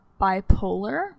bipolar